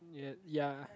ya ya